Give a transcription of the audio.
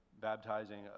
baptizing